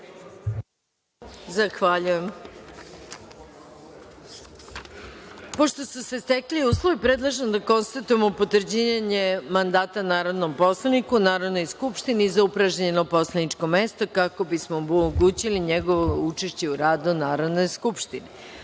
Zahvaljujem. Pošto su se stekli uslovi, predlažem da konstatujemo potvrđivanje mandata narodnom poslaniku u Narodnoj skupštini za upražnjeno poslaničko mesto, kako bismo omogućili njegovo učešće u radu u Narodnoj skupštini. Urečena